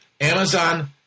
Amazon